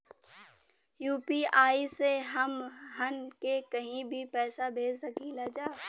UPI से हमहन के कहीं भी पैसा भेज सकीला जा?